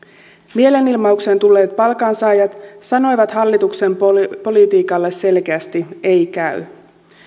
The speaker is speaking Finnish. mielenilmaukseen tulleet palkansaajat sanoivat hallituksen politiikalle selkeästi ei käy